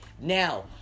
Now